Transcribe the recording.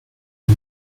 aux